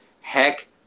heck